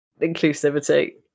inclusivity